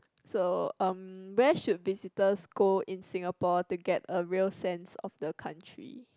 so um where should visitors go in Singapore to get a real sense of the country